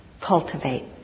cultivate